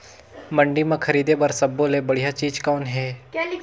मंडी म खरीदे बर सब्बो ले बढ़िया चीज़ कौन हे?